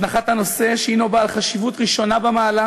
הזנחת הנושא, שהנו בעל חשיבות ראשונה במעלה,